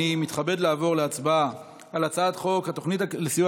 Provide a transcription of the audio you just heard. אני מתכבד לעבור להצבעה על הצעת חוק התוכנית לסיוע